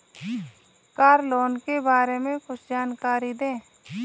Car loan के बारे में कुछ जानकारी दें?